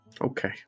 Okay